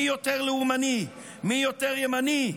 מי יותר לאומני, מי יותר ימני.